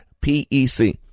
P-E-C